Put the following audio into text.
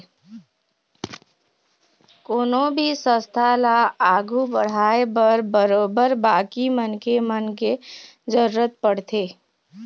कोनो भी संस्था ल आघू बढ़ाय बर बरोबर बाकी मनखे मन के जरुरत पड़थे